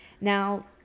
Now